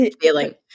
feeling